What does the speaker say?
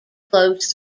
flows